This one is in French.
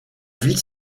vite